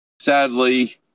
sadly